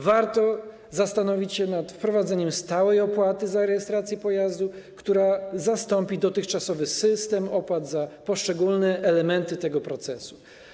Warto zastanowić się nad wprowadzeniem stałej opłaty za rejestrację pojazdu, która zastąpi dotychczasowy system opłat za poszczególne elementy tego procesu.